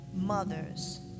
mothers